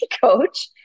coach